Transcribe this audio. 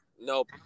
Nope